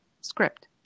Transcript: script